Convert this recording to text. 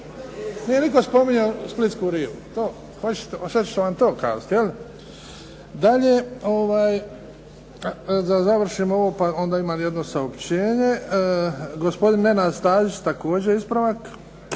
Nije nitko spominjao splitsku rivu. Sad ću vam to kazati. Jel? Dalje da završimo ovo, pa onda imam jedno saopćenje. Gospodin Nenad Stazić također ispravak.